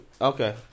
Okay